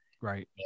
Right